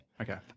Okay